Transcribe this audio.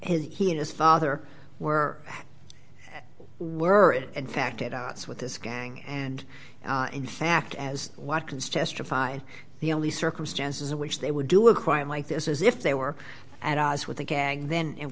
he and his father were worried and fact at odds with this gang and in fact as watkins testified the only circumstances in which they would do a crime like this is if they were at odds with the gang then it